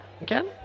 again